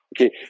Okay